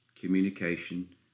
communication